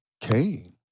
Cain